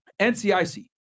NCIC